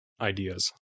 ideas